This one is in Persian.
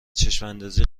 چشماندازی